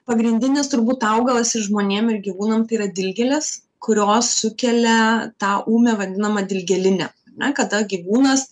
pagrindinis turbūt augalas ir žmonėm ir gyvūnam tai yra dilgėlės kurios sukelia tą ūmią vadinamą dilgėlinę ar ne kada gyvūnas